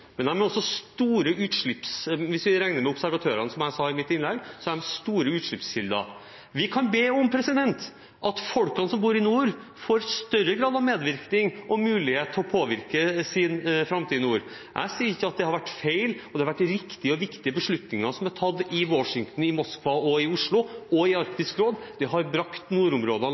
men de har også – hvis vi regner med observatørene, som jeg sa i mitt innlegg – store utslippskilder. Vi kan be om at folkene som bor i nord, får større grad av medvirkning og mulighet til å påvirke sin framtid i nord. Jeg sier ikke at det har vært feil, og det har vært riktige og viktige beslutninger som er tatt i Washington, i Moskva og i Oslo og i Arktisk råd. Det har brakt nordområdene